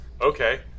okay